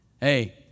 Hey